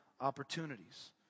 opportunities